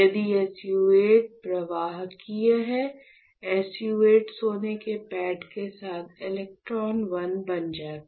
यदि SU 8 प्रवाहकीय है SU 8 सोने के पैड के साथ इलेक्ट्रोड 1 बन जाएगा